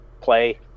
play